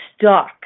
stuck